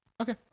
Okay